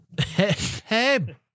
Hey